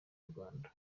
rwanda